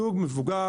זוג מבוגר,